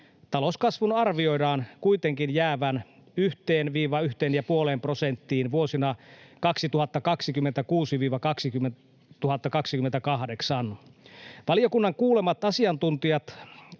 talouskasvun arvioidaan kuitenkin jäävän 1—1,5 prosenttiin vuosina 2026—2028. Valiokunnan kuulemat asiantuntijat,